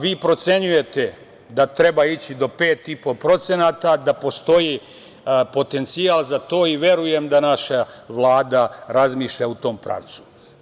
Vi procenjujete da treba ići do 5,5%, da postoji potencijal za to i verujem da naša Vlada razmišlja u tom pravcu.